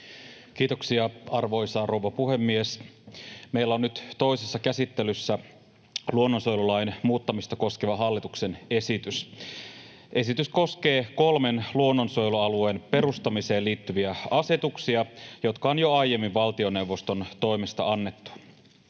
Kiitoksia, arvoisa rouva puhemies! Meillä on nyt toisessa käsittelyssä luonnonsuojelulain muuttamista koskeva hallituksen esitys. Esitys koskee kolmen luonnonsuojelualueen perustamiseen liittyviä asetuksia, jotka on jo aiemmin valtioneuvoston toimesta annettu.